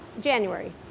January